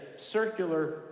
circular